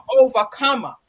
overcomer